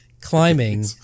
climbing